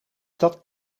dat